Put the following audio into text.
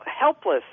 helpless